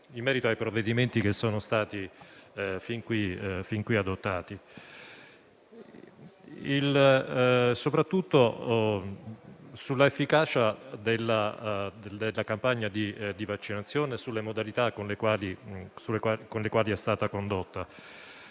in merito ai provvedimenti che sono stati fin qui adottati. Mi riferisco soprattutto all'efficacia della campagna di vaccinazione e alle modalità con le quali è stata condotta.